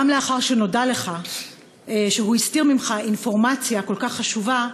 גם לאחר שנודע לך שהוא הסתיר ממך אינפורמציה כל כך חשובה,